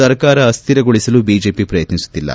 ಸರ್ಕಾರ ಅಸ್ಥಿರಗೊಳಿಸಲು ಬಿಜೆಪಿ ಪ್ರಯತ್ನಿಸುತ್ತಿಲ್ಲ